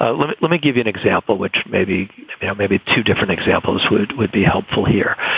ah let me let me give you an example, which maybe yeah maybe two different examples would would be helpful here.